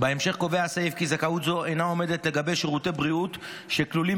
בהמשך קובע הסעיף כי זכאות זו אינה עומדת לגבי שירותי בריאות שכלולים